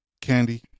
candy